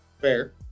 Fair